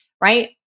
right